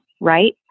right